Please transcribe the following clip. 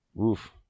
Oof